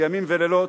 ימים ולילות,